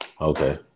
okay